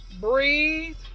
Breathe